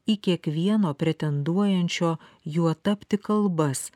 į kiekvieno pretenduojančio juo tapti kalbas